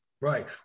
Right